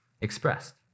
expressed